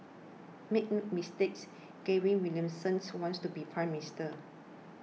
make no mistakes Gavin Williamsons wants to be Prime Minister